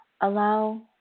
allow